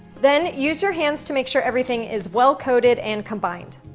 then use your hands to make sure everything is well coated and combined.